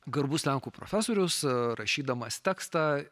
garbus lenkų profesorius rašydamas tekstą